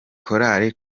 korali